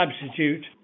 substitute